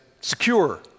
secure